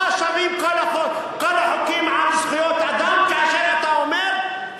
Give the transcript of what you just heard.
מה שווים כל החוקים על זכויות אדם כאשר אתה אומר,